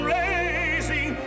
raising